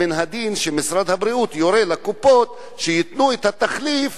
מן הדין שמשרד הבריאות יורה לקופות שייתנו את התחליף,